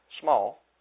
small